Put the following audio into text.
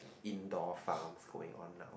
indoor farms going on now